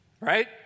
Right